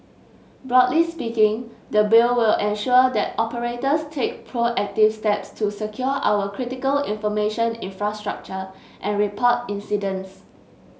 broadly speaking the Bill will ensure that operators take proactive steps to secure our critical information infrastructure and report incidents